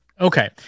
Okay